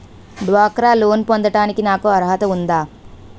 డ్వాక్రా లోన్ పొందటానికి నాకు అర్హత ఉందా?